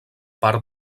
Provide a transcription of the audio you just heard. part